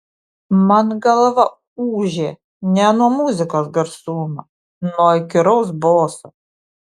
man galva ūžė ne nuo muzikos garsumo nuo įkyraus boso